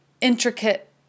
intricate